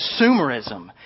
consumerism